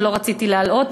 ולא רציתי להלאות,